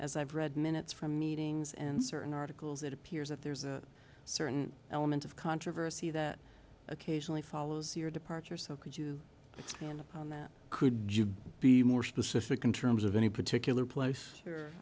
as i've read minutes from meetings and certain articles it appears that there's a certain element of controversy that occasionally follows your departure so could you expand upon that could be more specific in terms of any particular place